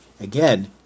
again